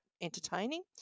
entertaining